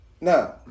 now